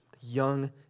young